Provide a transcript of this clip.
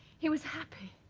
he was happy